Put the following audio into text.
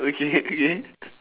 okay okay